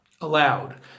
Allowed